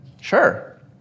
sure